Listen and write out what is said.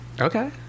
Okay